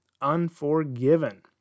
Unforgiven